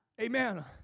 Amen